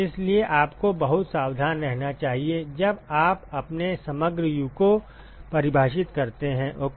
इसलिए आपको बहुत सावधान रहना चाहिए जब आप अपने समग्र U को परिभाषित करते हैं ओके